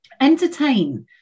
entertain